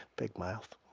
big mouth